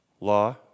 Law